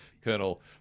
Colonel